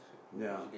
ya